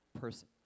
person